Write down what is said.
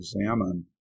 examine